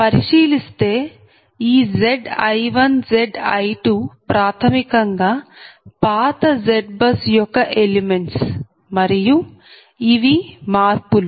పరిశీలిస్తే ఈ Zi1Zi2 ప్రాథమికంగా పాత ZBUS యొక్క ఎలిమెంట్స్ మరియు ఇవి మార్పులు